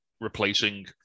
replacing